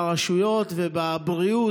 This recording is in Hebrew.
ברשויות ובבריאות,